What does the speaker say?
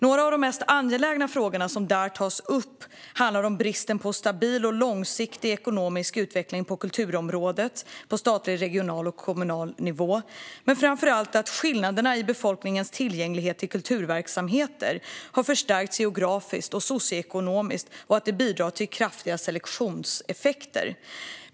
Några av de mest angelägna frågor som där tas upp handlar om bristen på stabil och långsiktig ekonomisk utveckling på kulturområdet på statlig, regional och kommunal nivå men framför allt om att skillnaderna i befolkningens tillgänglighet till kulturverksamheter har förstärkts geografiskt och socioekonomiskt och att detta bidrar till kraftiga selektionseffekter.